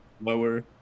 lower